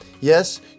Yes